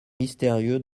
mystérieux